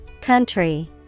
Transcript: Country